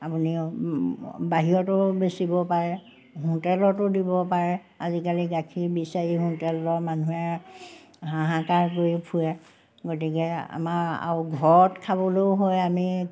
আপুনি বাহিৰতো বেচিব পাৰে হোটেলতো দিব পাৰে আজিকালি গাখীৰ বিচাৰি হোটেলৰ মানুহে হাহাকাৰ কৰি ফুৰে গতিকে আমাৰ আৰু ঘৰত খাবলৈও হয় আমি